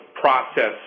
process